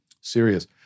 serious